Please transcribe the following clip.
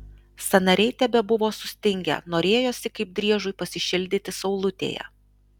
sąnariai tebebuvo sustingę norėjosi kaip driežui pasišildyti saulutėje